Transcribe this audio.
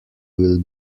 will